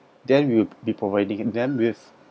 then we'll be providing them with